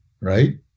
right